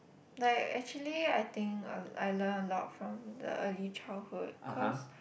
like actually I think uh I learn a lot from the early childhood cause